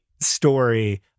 story